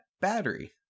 battery